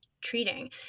treating